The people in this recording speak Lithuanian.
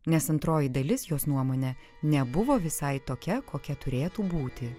nes antroji dalis jos nuomone nebuvo visai tokia kokia turėtų būti